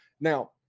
Now